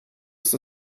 ist